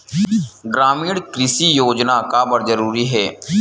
ग्रामीण कृषि योजना काबर जरूरी हे?